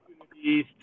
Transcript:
opportunities